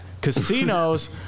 casinos